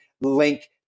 link